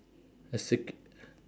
a s~